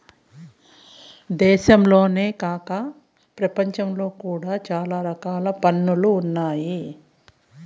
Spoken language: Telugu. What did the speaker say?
దేశంలోనే కాక ప్రపంచంలో కూడా చాలా రకాల పన్నులు ఉన్నాయి